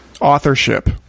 authorship